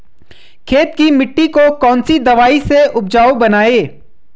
खेत की मिटी को कौन सी दवाई से उपजाऊ बनायें?